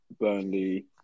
Burnley